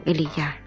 Elia